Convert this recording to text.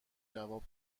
جواب